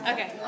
Okay